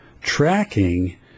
Tracking